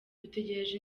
dutegereje